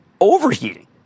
overheating